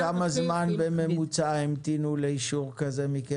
וכמה זמן בממוצע המתינו לאישור כזה מכם עד היום?